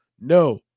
No